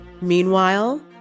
Meanwhile